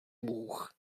bůh